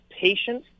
patience